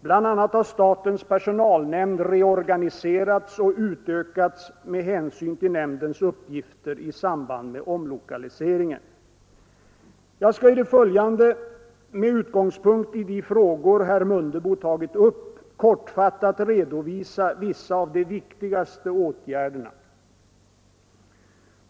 Bl.a. har statens personalnämnd reorganiserats och utökats med hänsyn till nämndens uppgifter i samband med omlokaliseringen. Jag skall i det följande — med utgångspunkt i de frågor herr Mundebo tagit upp — kortfattat redovisa vissa av de viktigaste åtgärderna.